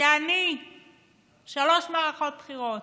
אדוני היושב-ראש, חבריי חברי הכנסת,